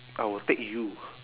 I will take you